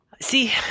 See